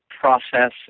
process